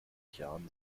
jahren